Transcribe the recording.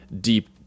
deep